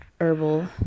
herbal